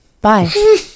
bye